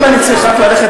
אם אני צריך רק ללכת,